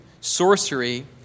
sorcery